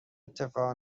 اتفاق